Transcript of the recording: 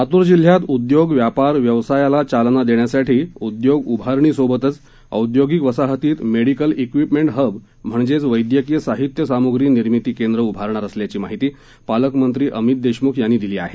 लातूर जिल्हयात उद्योग व्यापार व्यवसायाला चालना देण्यासाठी उद्योग उभारणीसोबतच औद्योगिक वसाहतीत मेडीकल विवीपमेंट हब म्हणजेच वैद्यकीय साहित्य सामुग्री निर्मिती केंद्र उभारणार असल्याची माहिती पालक मंत्री अमित देशमुख यांनी दिली आहे